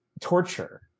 torture